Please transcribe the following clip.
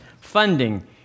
funding